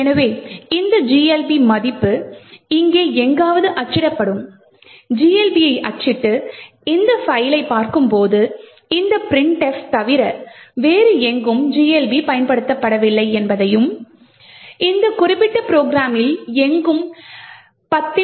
எனவே இந்த GLB மதிப்பு இங்கே எங்காவது அச்சிடப்படும் GLB யை அச்சிட்டு இந்த பைல்லைப் பார்க்கும்போது இந்த printf தவிர வேறு எங்கும் GLB பயன்படுத்தப்படவில்லை என்பதையும் இந்த குறிப்பிட்ட ப்ரொக்ராமில் எங்கும் 10